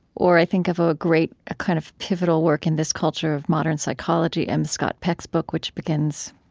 or i think of a great, ah kind of pivotal work in this culture of modern psychology, m. scott peck's book, which begins,